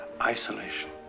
isolation